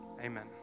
Amen